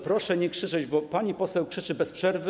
Proszę nie krzyczeć, bo pani poseł krzyczy bez przerwy.